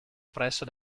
presso